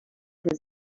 his